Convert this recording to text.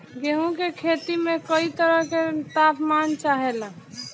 गेहू की खेती में कयी तरह के ताप मान चाहे ला